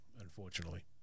unfortunately